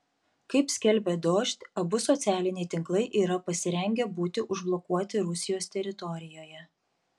kaip skelbia dožd abu socialiniai tinklai yra pasirengę būti užblokuoti rusijos teritorijoje